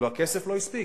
הכסף לא הספיק.